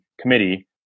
committee